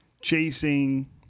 chasing